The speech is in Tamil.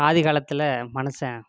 ஆதி காலத்தில் மனுஷன்